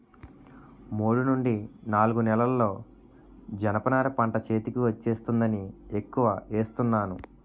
మూడు నుండి నాలుగు నెలల్లో జనప నార పంట చేతికి వచ్చేస్తుందని ఎక్కువ ఏస్తున్నాను